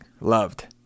loved